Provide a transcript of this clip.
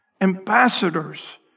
ambassadors